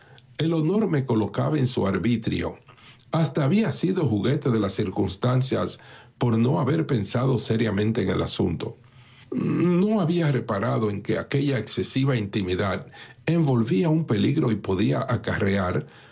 el honor me colocaba a su arbitrio había sido juguete de las circunstancias por no haber pensado seriamente en el asunto no había reparado en que aquella excesiva intimidad envolvía un peligro y podía acarrear